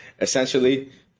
essentially